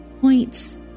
points